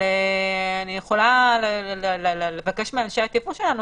אבל אני יכולה לבקש מאנשי התפעול שלנו